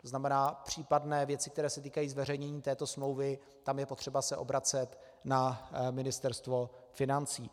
To znamená, případné věci, které se týkají zveřejnění této smlouvy, tam je potřeba se obracet na Ministerstvo financí.